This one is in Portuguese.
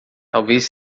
talvez